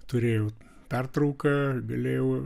turėjau pertrauką galėjau